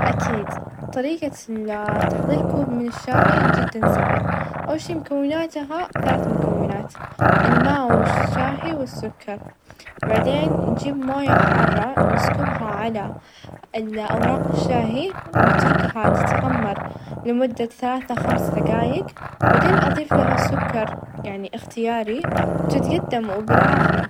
أ بالطبع برويكي طريقة كي التيشيرت، طبعًا تجيبين كاوية، وتجيبين التيشيرت تجهزينه ،نكوي التيشيرت على طاولة الكي، من ثم نبدأ -بال- بالمناطق الصعبة اللي هي من عند الأكتاف ،بعدين من الأمام ،ومن الخلف، وإذا انتهينا نتأكد من عدم وجود تجاعيد، وبكذا يمديكي تلبسينها.